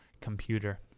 computer